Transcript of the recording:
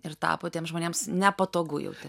ir tapo tiems žmonėms nepatogu jau tai